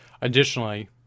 Additionally